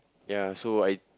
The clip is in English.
ya so I